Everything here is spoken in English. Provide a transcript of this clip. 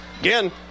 Again